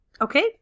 Okay